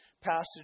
passage